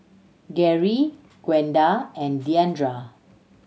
Garey Gwenda and Diandra